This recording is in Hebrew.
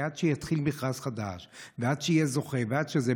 כי עד שיתחיל מכרז חדש ועד שיהיה זוכה ועד שזה,